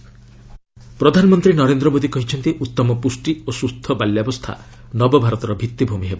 PM Vrindavan ପ୍ରଧାନମନ୍ତ୍ରୀ ନରେନ୍ଦ୍ର ମୋଦି କହିଛନ୍ତି ଉତ୍ତମ ପୁଷ୍ଟି ଓ ସୁସ୍ଥ ବାଲ୍ୟାବସ୍ଥା ନବଭାରତର ଭିତ୍ତିଭ୍ମି ହେବ